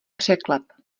překlep